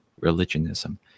religionism